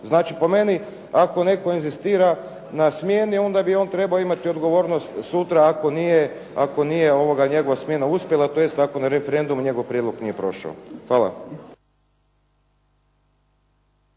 Znači po meni, ako netko inzistira na smjeni, onda bi on trebao odgovornost sutra ako nije njegova smjena uspjela, tj. ako na referendumu njegov prijedlog nije prošao. Hvala.